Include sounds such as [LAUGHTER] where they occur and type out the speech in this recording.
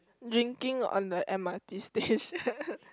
drinking on the m_r_t station [LAUGHS]